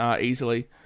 easily